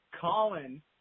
Colin